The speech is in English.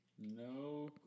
No